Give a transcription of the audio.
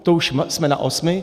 To už jsme na osmi.